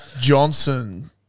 Johnson